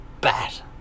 bat